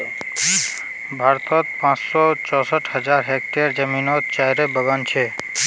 भारतोत पाँच सौ चौंसठ हज़ार हेक्टयर ज़मीनोत चायेर बगान छे